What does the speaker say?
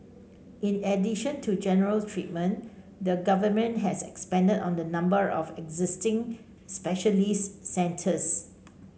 in addition to general treatment the Government has expanded on the number of existing specialist centres